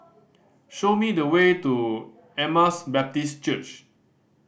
show me the way to Emmaus Baptist Church